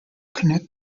connect